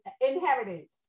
inheritance